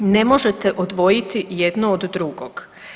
Ne možete odvojiti jedno od drugog.